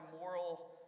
moral